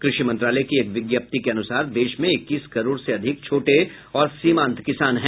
कृषि मंत्रालय की एक विज्ञप्ति के अनुसार देश में इक्कीस करोड़ से अधिक छोटे और सीमांत किसान हैं